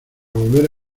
volver